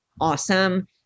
awesome